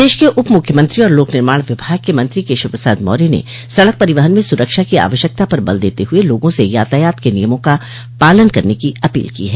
प्रदेश के उप मुख्यमंत्री और लोक निर्माण विभाग के मंत्री केशव प्रसाद मौर्य ने सड़क परिवहन में सुरक्षा की आवश्यकता पर बल देते हुए लोगों से यातायात के नियमों का पालन करने की अपील की है